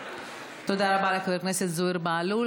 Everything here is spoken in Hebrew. תודה רבה לחבר הכנסת זוהיר בהלול.